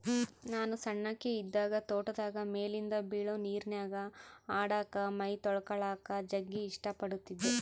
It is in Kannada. ನಾನು ಸಣ್ಣಕಿ ಇದ್ದಾಗ ತೋಟದಾಗ ಮೇಲಿಂದ ಬೀಳೊ ನೀರಿನ್ಯಾಗ ಆಡಕ, ಮೈತೊಳಕಳಕ ಜಗ್ಗಿ ಇಷ್ಟ ಪಡತ್ತಿದ್ದೆ